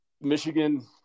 Michigan